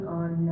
on